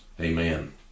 amen